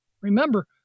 Remember